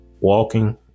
walking